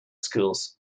schools